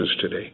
today